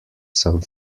some